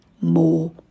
more